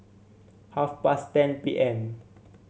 half past ten P M